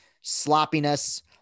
sloppiness